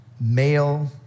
male